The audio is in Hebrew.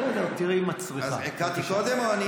אז קטי קודם או אני?